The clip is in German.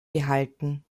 gehalten